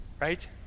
Right